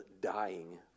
dying